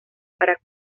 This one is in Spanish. para